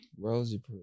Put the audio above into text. Rosie